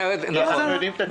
אנחנו יודעים את התשובה.